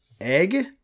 Egg